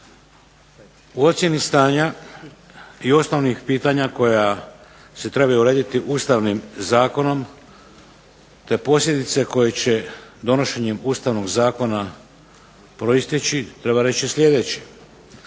U ocjeni stanja i osnovnih pitanja koja se trebaju urediti Ustavnim zakonom, te posljedice koje će donošenjem Ustavnog zakona proistječi treba reći sljedeće.